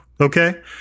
Okay